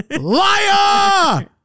Liar